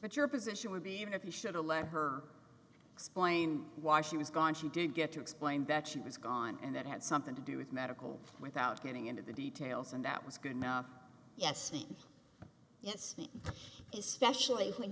but your position would be even if you should alert her explained why she was gone she did get to explain that she was gone and that had something to do with medical without getting into the details and that was good enough yes yes is specially when